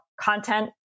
content